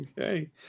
Okay